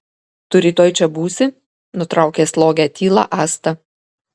tu rytoj čia būsi nutraukė slogią tylą asta